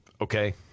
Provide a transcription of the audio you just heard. Okay